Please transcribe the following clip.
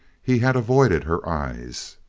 he had avoided her eyes.